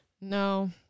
no